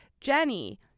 Jenny